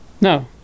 No